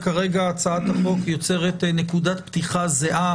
כרגע הצעת החוק יוצרת נקודת פתיחה זהה